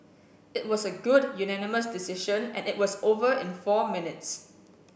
it was a good unanimous decision and it was over in four minutes